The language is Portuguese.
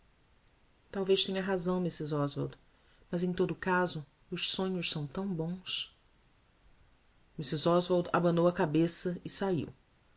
talvez tenha razão mrs oswald mas em todo o caso os sonhos são tão bons mrs oswald abanou a cabeça e saiu